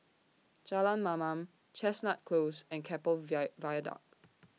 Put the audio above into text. Jalan Mamam Chestnut Close and Keppel Via Viaduct